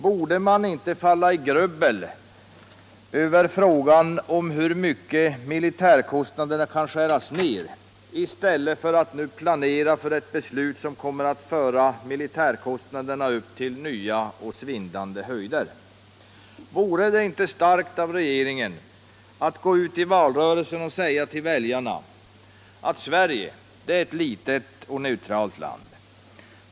Borde man inte falla i grubbel över frågan om hur mycket militärkostnaderna kan skäras ned i stället för att nu planera för ett beslut som kommer att föra militärkostnaderna upp till nya och svindlande höjder? Vore det inte starkt av regeringen att gå ut i valrörelsen och säga till väljarna: Sverige är ett litet och neutralt land.